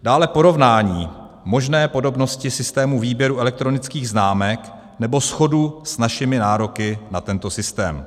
Dále porovnání možné podobnosti systému výběru elektronických známek nebo shodu s našimi nároky na tento systém.